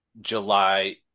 July